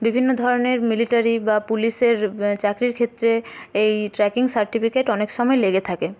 বিভিন্ন ধরনের মিলিটারি বা পুলিশের চাকরির ক্ষেত্রে এই ট্রেকিং সার্টিফিকেট অনেক সময় লেগে থাকে